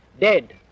dead